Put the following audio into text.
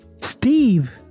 steve